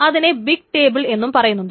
അതിനെ big table എന്നും പറയുന്നുണ്ട്